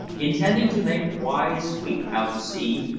intending to make a wide sweep out to sea,